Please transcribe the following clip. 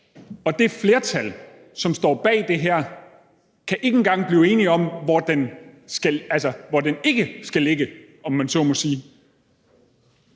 Og det flertal, som står bag det her, kan ikke engang blive enige om, hvor den ikke skal ligge, om man så må sige.